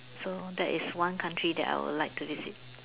so that is one country that I would like to visit